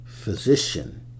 physician